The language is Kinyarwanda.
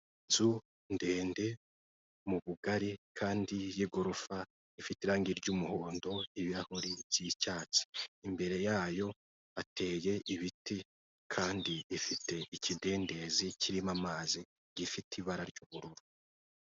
Inzu ndetse mu bugari kandi y'igorofa, ifite irangi ry'umuhondo, ibirahuri by'icyatsi. Imbere yayo hateye ibiti, kandi ifite ikidendezi kirimo amazi, gifite ibara ry'ubururu.